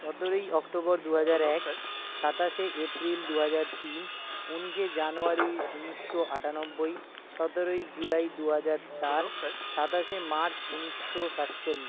সতেরোই অক্টোবর দু হাজার এক সাতাশে এপ্রিল দু হাজার তিন উনিশে জানুয়ারি উনিশশো আটানব্বই সতেরোই জুলাই দু হাজার চার সাতাশে মার্চ উনিশশো সাতচল্লি